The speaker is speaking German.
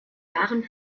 waren